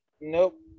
Nope